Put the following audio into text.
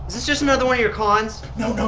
just just another one of your cons? no,